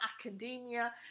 academia